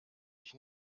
ich